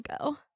go